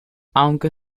aunque